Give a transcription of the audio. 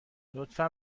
لطفا